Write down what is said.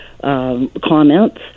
comments